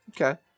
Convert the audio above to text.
Okay